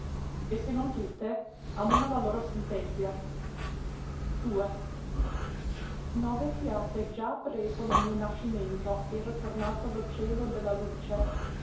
e se non tutte almeno la loro sentenzia ove fiate già appresso lo mio nascimento era tornato lo cielo de la luce